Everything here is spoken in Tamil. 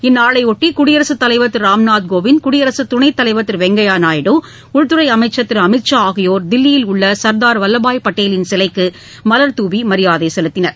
இந்நாளையொட்டி குடியரசுத் தலைவர் திரு ராம்நாத் கோவிந்த் குடியரசு துணைத்தலைவர் திரு வெங்கையா நாயுடு உள்துறை அமைச்சர் திரு அமித் ஷா ஆகியோர் தில்லியில் உள்ள சர்தார் வல்லபாய் பட்டேலின் சிலைக்கு மலர்தூவி மரியாதை செலுத்தினர்